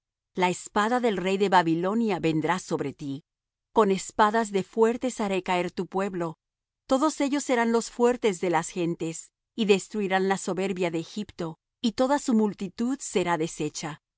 la espada del rey de babilonia vendrá sobre ti con espadas de fuertes haré caer tu pueblo todos ellos serán los fuertes de las gentes y destruirán la soberbia de egipto y toda su multitud será deshecha